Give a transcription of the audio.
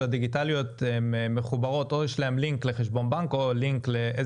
הדיגיטליות הן מחוברות ויש להן או לינק לחשבון הבנק או